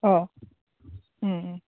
अह उम उम